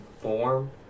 form